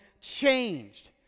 changed